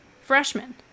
freshman